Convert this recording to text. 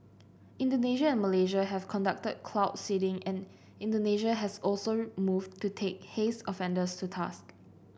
Indonesia and Malaysia have conducted cloud seeding and Indonesia has also moved to take haze offenders to task